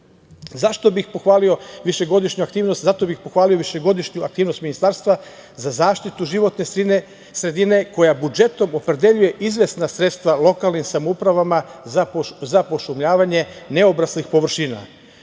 apsorbens gasova sa efektima staklene bašte. Zato bih pohvalio višegodišnju aktivnost Ministarstva za zaštitu životne sredine, koja budžetom opredeljuje izvesna sredstva lokalnim samoupravama za pošumljavanje neobraslih površina. Možda